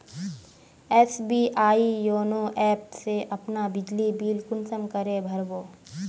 SBI YONO app से अपना बिजली बिल कुंसम करे भर बो?